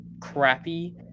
crappy